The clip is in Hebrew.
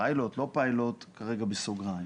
פיילוט או לא פיילוט אני כרגע שם בסוגריים.